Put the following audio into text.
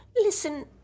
listen